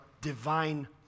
divine